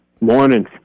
Morning